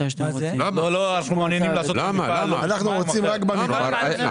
אנחנו רוצים רק במפעל.